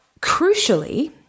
crucially